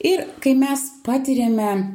ir kai mes patiriame